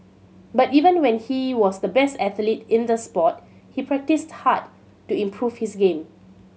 but even when he was the best athlete in the sport he practised hard to improve his game